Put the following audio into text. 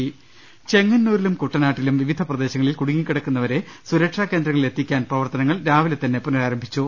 ദർവ്വഹി ചെങ്ങന്നൂരിലും കുട്ടനാട്ടിലും വിവിധ പ്രദേശങ്ങളിൽ കുടുങ്ങി ക്കിടക്കുന്നവരെ സുരക്ഷാ കേന്ദ്രങ്ങളിൽ എത്തിക്കാൻ പ്രവർത്തനങ്ങൾ രാവിലെ തന്നെ പുനരാരംഭിച്ചു